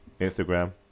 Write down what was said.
Instagram